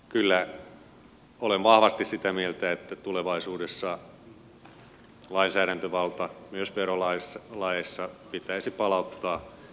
kyllä olen vahvasti sitä mieltä että tulevaisuudessa lainsäädäntövalta myös verolaeissa pitäisi palauttaa eduskunnalle